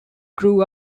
grew